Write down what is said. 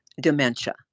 dementia